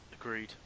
Agreed